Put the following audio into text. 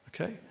Okay